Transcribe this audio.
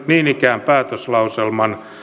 niin ikään päätöslauselman